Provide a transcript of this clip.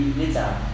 later